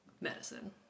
medicine